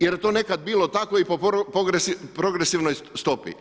Jer je to nekad bilo tako i po progresivnoj stopi.